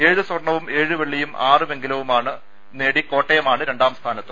ഏഴ് സ്വർണവും ഏഴ് വെള്ളിയും ആറ് വെങ്കലവുമായി കോട്ടയമാണ് രണ്ടാംസ്ഥാനത്ത്